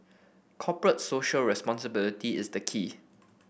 corporate Social Responsibility is the key